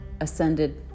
ascended